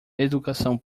educação